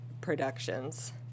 productions